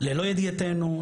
ללא ידיעתנו,